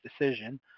decision